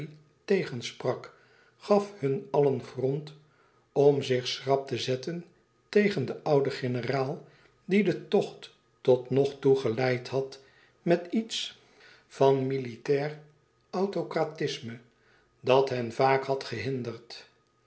tegensprak gaf hun allen grond om zich schrap te zetten tegen den ouden generaal die den tocht totnogtoe geleid had met iets van militair autocratisme dat hen vaak had gehinderd